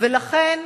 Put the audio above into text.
ולכן,